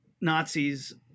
Nazis